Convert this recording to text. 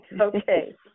Okay